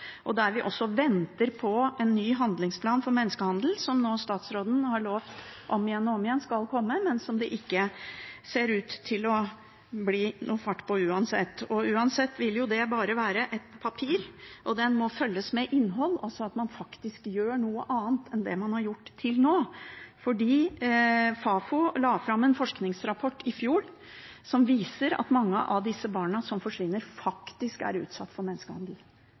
skal komme, men som det ikke ser ut til å bli noe fart på, uansett. Og uansett vil det bare være et papir. Den må fylles med innhold, slik at man faktisk gjør noe annet enn det man har gjort til nå. Fafo la fram en forskningsrapport i fjor som viser at mange av de barna som forsvinner, faktisk er utsatt for menneskehandel